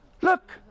look